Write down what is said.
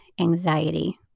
anxiety